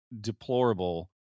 deplorable